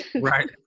right